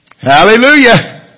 Hallelujah